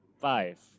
Five